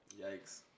Yikes